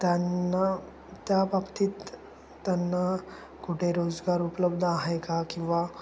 त्यांना त्या बाबतीत त्यांना कुठे रोजगार उपलब्ध आहे का किंवा